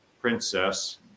princess